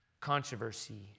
controversy